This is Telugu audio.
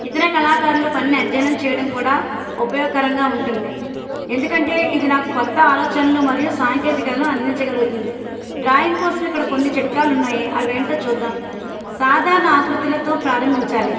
ఇతర కళాకారులు పనిని అధ్యయనం చేయడం కూడా ఉపయోగకరంగా ఉంటుంది ఎందుకంటే ఇది నాకు క్రొత్త ఆలోచనలు మరియు సాంకేతికలను అందించగలుగుతుంది డ్రాయింగ్ కోసం ఇక్కడ కొన్ని చిట్కాలు ఉన్నాయి అవి ఏంటో చూద్దాము సాధారణ ఆకృతులతో ప్రారంభించాలి